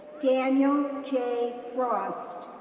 daniel j. frost.